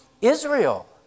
Israel